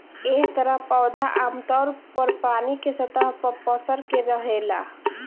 एह तरह पौधा आमतौर पर पानी के सतह पर पसर के रहेला